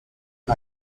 den